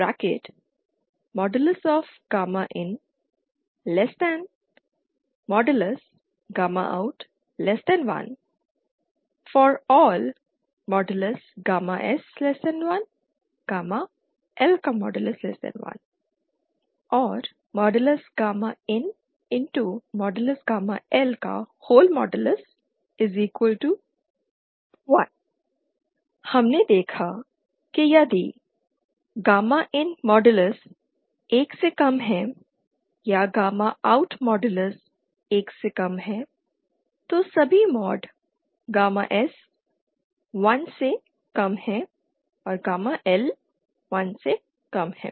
IN1 out1 for all S1 L1 INL1 हमने देखा कि यदि गामा IN मॉडलस 1 से कम है या गामा OUT मॉडलस 1 से कम है तो सभी मॉड गामा S 1 से कम है और गामा L 1 से कम है